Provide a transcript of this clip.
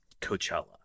coachella